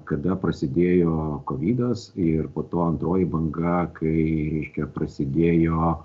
kada prasidėjo kovidas ir po to antroji banga kai reiškia prasidėjo